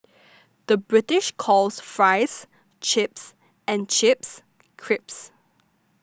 the British calls Fries Chips and Chips Crisps